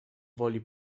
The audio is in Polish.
woli